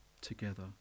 together